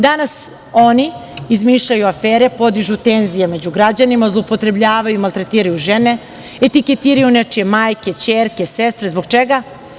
Danas oni izmišljaju afere, podižu tenzije među građanima, zloupotrebljavaju i maltretiraju žene, etiketiraju nečije majke, ćerke, sestre, zbog čega?